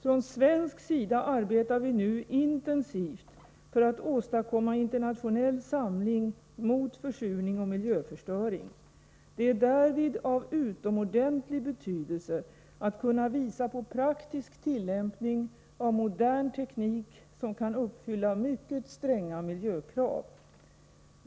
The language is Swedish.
Från svensk sida arbetar vi nu intensivt för att åstadkomma internationell samling mot försurning och miljöförstöring. Det är därvid av utomordentlig betydelse att kunna visa på praktisk tillämpning av modern teknik som kan uppfylla mycket stränga miljökrav.